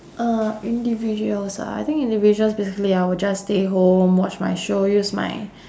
uh individuals ah I think individuals basically I will just stay home watch my show use my